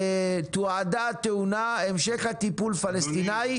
תועדה תאונה, המשך הטיפול פלסטינאי.